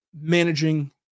managing